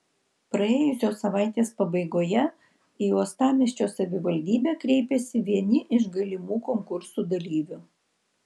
praėjusios savaitės pabaigoje į uostamiesčio savivaldybę kreipėsi vieni iš galimų konkursų dalyvių